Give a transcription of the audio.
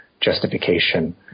justification